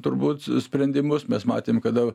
turbūt sprendimus mes matėm kada